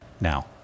Now